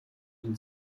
dem